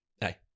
hey